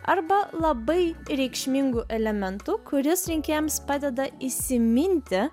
arba labai reikšmingu elementu kuris rinkėjams padeda įsiminti